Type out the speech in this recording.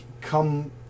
come